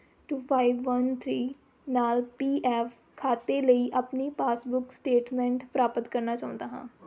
to five one three ਨਾਲ P F ਖਾਤੇ ਲਈ ਆਪਣੀ ਪਾਸਬੁੱਕ ਸਟੇਟਮੈਂਟ ਪ੍ਰਾਪਤ ਕਰਨਾ ਚਾਹੁੰਦਾ ਹਾਂ